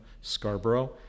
Scarborough